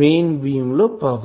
main beam లో power